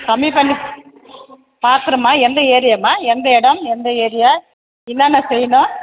கம்மி பண்ணி பார்க்குறம்மா எந்த ஏரியாம்மா எந்த எடம் எந்த ஏரியா என்னான்ன செய்யணும்